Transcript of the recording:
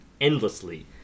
endlessly